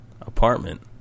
apartment